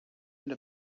and